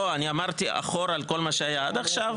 לא, אני אמרתי אחורה על כל מה שהיה עד עכשיו.